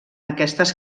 aquestes